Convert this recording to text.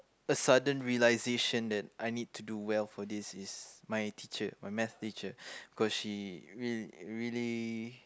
a sudden realization that I need to do well for this is my teacher my math teacher because she really really